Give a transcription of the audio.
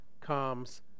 comes